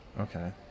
okay